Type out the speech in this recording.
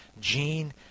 Gene